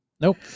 Nope